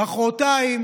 מוחרתיים